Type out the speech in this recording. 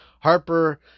Harper